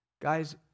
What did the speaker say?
Guys